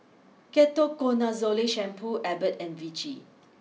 Ketoconazole Shampoo Abbott and Vichy